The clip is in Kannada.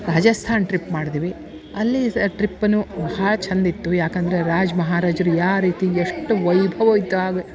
ರಾಜಸ್ಥಾನ್ ಟ್ರಿಪ್ ಮಾಡ್ದ್ವಿ ಅಲ್ಲಿ ಟ್ರಿಪ್ನು ಭಾಳ ಚಂದ ಇತ್ತು ಯಾಕಂದರೆ ರಾಜ ಮಹಾರಾಜರು ಯಾವ ರೀತಿ ಎಷ್ಟು ವೈಭವವಿತ್ವಾಗಿ